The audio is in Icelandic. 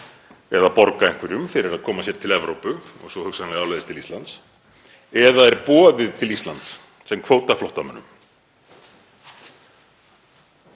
að borga einhverjum fyrir að koma sér til Evrópu og svo hugsanlega áleiðis til Íslands eða væri boðið til Íslands sem kvótaflóttamönnum;